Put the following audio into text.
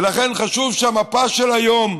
חשוב שהמפה של היום,